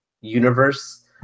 universe